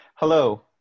Hello